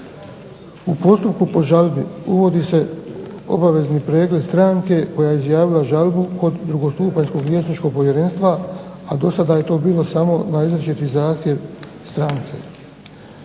U postupku po žalbi uvozi se obavezni pregled stranke koja je izjavila žalbu kod drugostupanjskog …/Ne razumije se./… povjerenstva, a do sada je to bilo samo na izričiti zahtjev stranke.